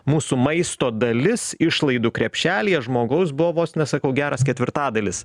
mūsų maisto dalis išlaidų krepšelyje žmogaus buvo vos ne sakau geras ketvirtadalis